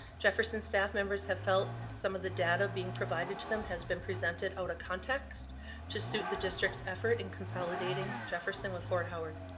jefferson staff members have felt some of the data being provided to them has been presented out of context to suit the district's effort in consolidating jefferson with fort howard.